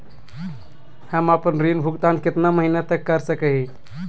हम आपन ऋण भुगतान कितना महीना तक कर सक ही?